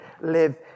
live